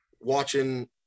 watching